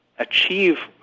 achieve